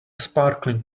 sparkling